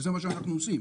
וזה מה שאנחנו עושים.